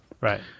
right